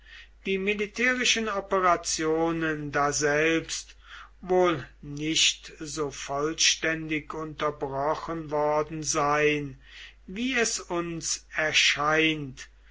die militärischen operationen daselbst wohl nicht so vollständig unterbrochen worden sein wie es uns erscheint